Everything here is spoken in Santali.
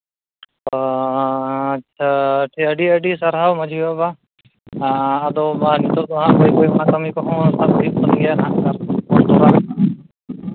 ᱟᱪᱪᱷᱟ ᱟᱹᱰᱤ ᱟᱹᱰᱤ ᱥᱟᱨᱦᱟᱣ ᱢᱟᱺᱡᱷᱤ ᱵᱟᱵᱟ ᱟᱫᱚ ᱱᱤᱛᱚᱜ ᱫᱚ ᱦᱟᱸᱜ ᱚᱱᱟ ᱠᱟᱹᱢᱤ ᱠᱚᱦᱚᱸ ᱥᱟᱵ ᱦᱩᱭᱩᱜ ᱠᱟᱱ ᱜᱮᱭᱟ ᱦᱟᱸᱜ ᱠᱷᱟᱱ